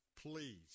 Please